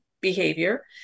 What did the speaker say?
behavior